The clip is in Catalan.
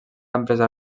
empresa